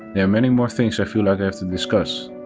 there are many more things i feel like i have to discuss,